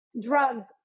drugs